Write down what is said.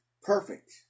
Perfect